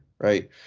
right